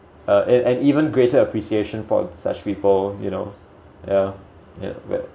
uh and and even greater appreciation for such people you know yeah yeah